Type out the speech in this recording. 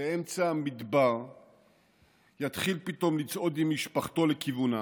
באמצע המדבר יתחיל פתאום לצעוד עם משפחתו לכיוונה,